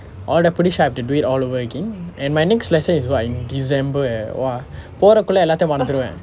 although I'm pretty sure I have to do it all over again and my next lesson is what in december eh !wah! போறக்குள்ள எல்லாத்தையும் மறந்திருவேன்:porakkulla ellathaiyum maranthiruven